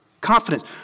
Confidence